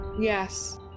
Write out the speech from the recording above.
Yes